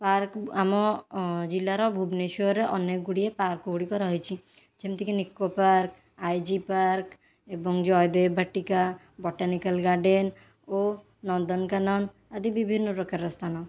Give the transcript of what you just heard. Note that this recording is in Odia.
ପାର୍କ ଆମ ଜିଲ୍ଲାର ଭୁବନେଶ୍ୱରରେ ଅନେକ ଗୁଡ଼ିଏ ପାର୍କ ଗୁଡ଼ିକ ରହିଛି ଯେମିତିକି Nicco park I G park ଏବଂ ଜୟଦେବ ବାଟିକା ବଟାନିକାଲ ଗାର୍ଡ଼େନ ଓ ନନ୍ଦନକାନନ ଆଦି ବିଭିନ୍ନ ପ୍ରକାରର ସ୍ଥାନ